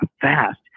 fast